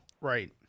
right